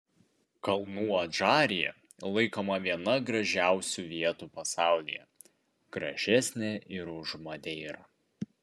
kalnų adžarija laikoma viena gražiausių vietų pasaulyje gražesnė ir už madeirą